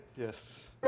Yes